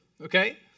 Okay